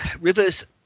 rivers